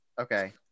Okay